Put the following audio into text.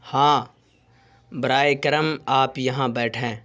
ہاں برائے کرم آپ یہاں بیٹھیں